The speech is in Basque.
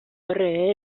erre